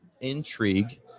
intrigue